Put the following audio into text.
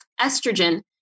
estrogen